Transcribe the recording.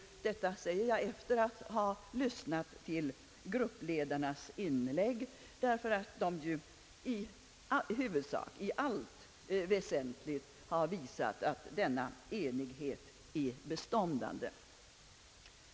Detta säger jag efter att ha lyssnat till gruppledarnas inlägg, därför att de i huvudsak och i allt väsentligt har visat att denna enighet är beståndande.